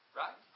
right